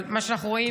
אבל מה שאנחנו רואים,